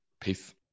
Peace